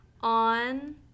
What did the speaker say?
on